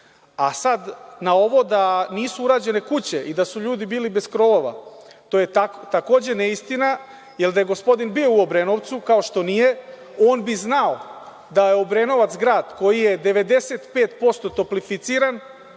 ovo da nisu urađene kuće i da su ljudi bili bez krovova, to je takođe neistina, jer da je gospodin bio u Obrenovcu, kao što nije, on bi znao da je Obrenovac grad koji je 95% toplificiran,